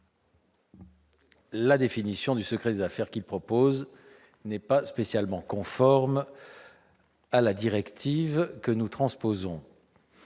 la définition du secret des affaires qui est proposée n'est pas conforme à la directive que nous transposons.